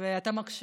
ואתה גם מקשיב,